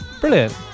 Brilliant